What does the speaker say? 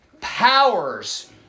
powers